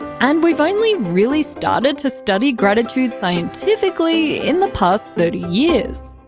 and we've only really started to study gratitude scientifically in the past thirty years.